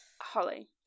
Holly